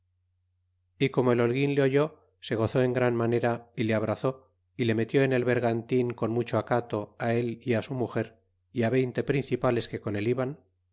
y como el holguin le oyó se gozó en gran manera y le abrazó y le metió en el bergantin con mucho acato él y su muger y veinte principales que con él iban